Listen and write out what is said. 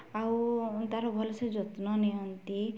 ଆଉ ତା'ର ଭଲସେ ଯତ୍ନ ନିଅନ୍ତି